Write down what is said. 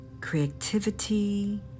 creativity